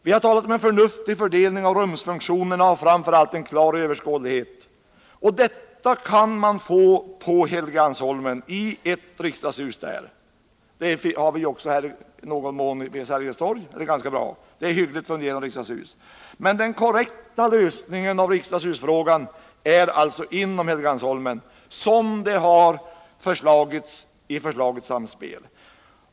Vi har talat om en förnuftig fördelning av rumsfunktionerna och framför allt om en klar överskådlighet. Detta kan man få i ett riksdagshus på Helgeandsholmen. Det har vi också i någon mån här vid Sergels torg — där det är ett ganska bra och hyggligt fungerande riksdagshus — men den korrekta lösningen av riksdagshusfrågan har vi alltså inom Helgeandsholmen och i förslaget Samspel.